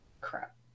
crap